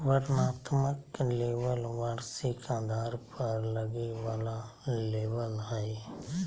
वर्णनात्मक लेबल वार्षिक आधार पर लगे वाला लेबल हइ